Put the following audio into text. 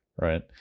right